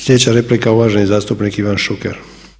Sljedeća replika, uvaženi zastupnik Ivan Šuker.